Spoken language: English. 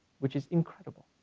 which is incredible.